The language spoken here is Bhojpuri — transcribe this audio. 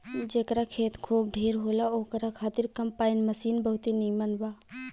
जेकरा खेत खूब ढेर होला ओकरा खातिर कम्पाईन मशीन बहुते नीमन बा